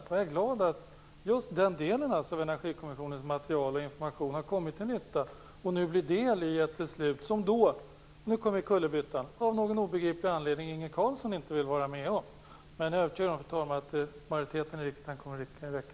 Jag är glad att den delen av materialet har kommit till nytta och nu blir del i ett beslut som Inge Carlsson av någon obegriplig anledning inte vill vara med om - det är detta som är kullerbyttan. Jag är dock övertygad om att majoriteten i riksdagen ändå kommer att räcka.